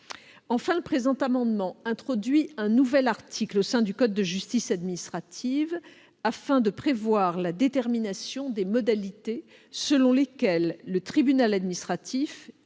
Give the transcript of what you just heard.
Enfin, le présent amendement vise à introduire un nouvel article au sein du code de justice administrative, afin de prévoir la détermination des modalités selon lesquelles le tribunal administratif